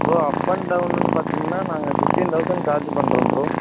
bro up and டவுனுன்னு பார்த்தீங்கன்னா நாங்கள் ஃபிஃப்ட்டீன் தௌசண்ட் சார்ஜு பண்ணுறோம் ப்ரோ